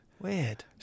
weird